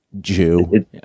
jew